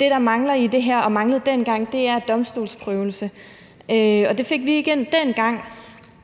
Det, der mangler i det her og manglede dengang, er domstolsprøvelse. Det fik vi ikke ind dengang.